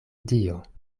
dio